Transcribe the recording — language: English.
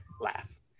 laugh